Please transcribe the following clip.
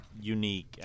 unique